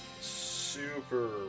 super